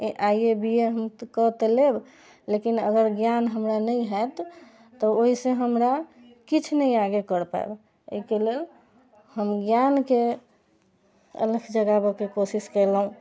I A B A हम कऽ तऽ लेब लेकिन अगर ज्ञान हमरा नहि हैत तऽ ओइसँ हमरा किछु नहि आगे कर पायब अइके लेल हम ज्ञानके अलख जगाबेके कोशिश कयलहुँ